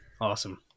awesome